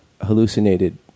hallucinated